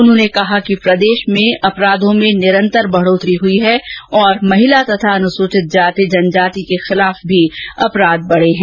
उन्होंने कहा कि प्रदेष में अपराधों में निरन्तर बढोतरी हई है और महिला तथा अनुसूचित जाति अनुसूचित जनजाति के खिलाफ भी अपराध बढे हैं